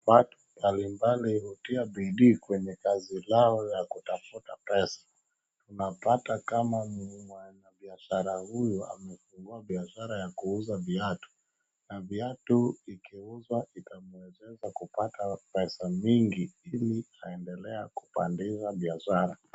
Watu mbalimbali hutia bidii kwenye kazi lao ya kutafuta pesa. Unapata kama ni mwanabiashara huyu amefungua biashara ya kuuza viatu. Na viatu ikiuzwa itamwezesha kupata pesa mingi ili aendelee kupandisha biashara.